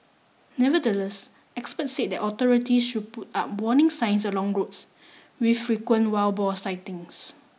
nevertheless experts said that authority should put up warning signs along roads with frequent wild boar sightings